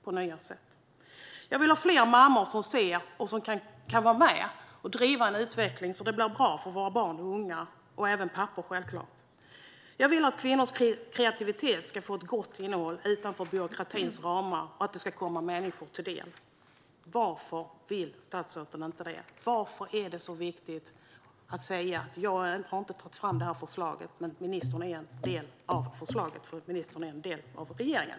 Jag vill ha fler mammor - och självklart även pappor - som ser och kan vara med och driva en utveckling så att det blir bra för våra barn och unga. Jag vill att kvinnors kreativitet ska få ett gott innehåll utanför byråkratins ramar och att detta ska komma människor till del. Varför vill statsrådet inte det? Varför är det så viktigt att säga att hon inte har tagit fram detta? Hon har ansvar för förslaget eftersom hon är en del av regeringen.